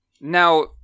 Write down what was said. now